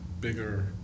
bigger